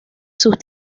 sus